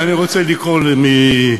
אני רוצה לקרוא מפה,